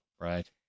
right